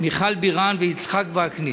מיכל בירן ויצחק וקנין.